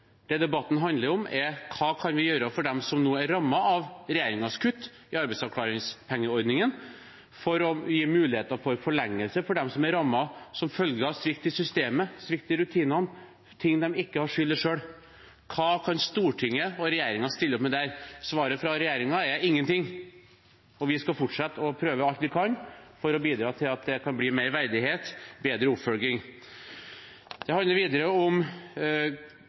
Det debatten handler om, er hva vi kan gjøre for dem som nå er rammet av regjeringens kutt i ordningen med arbeidsavklaringspenger, for å gi muligheter for forlengelse for dem som er rammet som følge av svikt i systemet, svikt i rutinene – ting de ikke har skyld i selv. Hva kan Stortinget og regjeringen stille opp med der? Svaret fra regjeringen er ingenting. Vi skal fortsette å prøve alt vi kan for å bidra til at det kan bli mer verdighet og bedre oppfølging. Det handler videre om